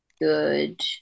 good